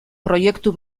proiektu